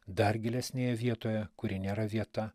dar gilesnėje vietoje kuri nėra vieta